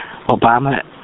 Obama